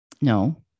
No